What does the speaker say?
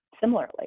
Similarly